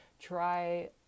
try